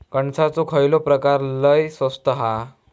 कणसाचो खयलो प्रकार लय स्वस्त हा?